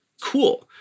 cool